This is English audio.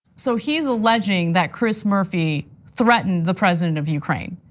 so he's alleging that chris murphy threatened the president of ukraine.